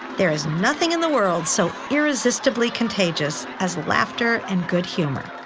there is nothing in the world so irresistibly contagious as laughter and good humor.